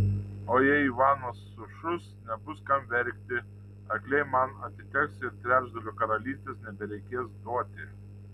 o jei ivanas sušus nebus kam verkti arkliai man atiteks ir trečdalio karalystės nebereikės duoti